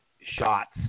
shots